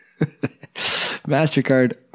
MasterCard